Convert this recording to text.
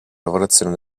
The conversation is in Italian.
lavorazione